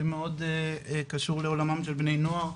שמאוד קשור לעולמם של בני נוער,